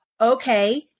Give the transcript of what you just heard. okay